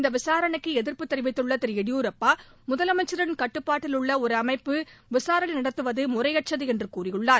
இந்த விசாரணைக்கு எதிா்ப்பு தெரிவித்துள்ள திரு எடியூரப்பா முதலமைச்சின் கட்டுப்பாட்டில் உள்ள ஒரு அமைப்பு விசாரணை நடத்துவது முறையற்றது என்று கூறியுள்ளார்